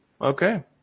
Okay